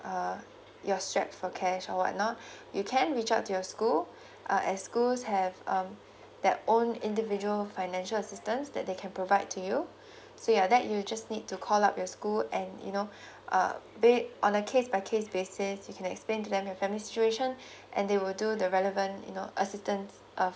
uh you're strapped for cash or what not you can reach out to your school uh as schools have um their own individual financial assistance that they can provide to you so yeah that you just need to call up your school and you know uh base on a care package basis you can explain to them your family situation and they will do the relevant you know uh assistance